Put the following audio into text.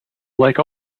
like